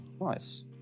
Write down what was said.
Nice